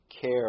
care